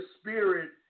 spirit